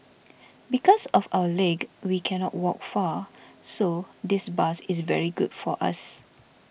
because of our leg we cannot walk far so this bus is very good for us